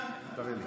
תראה לי.